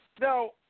Now